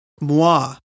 moi